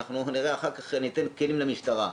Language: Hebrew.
אחר כך ניתן כלים למשטרה.